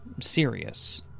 serious